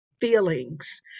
feelings